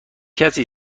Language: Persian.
کسی